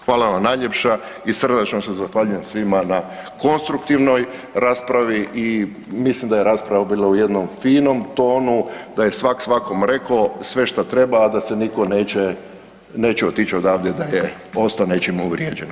Hvala vam najljepša i srdačno se zahvaljujem svima na konstruktivnoj raspravi i mislim da je rasprava bila u jednom finom tonu, da je svak' svakome rekao sve šta treba, a da se nitko neće otići odavde da je ostao nečim uvrijeđen.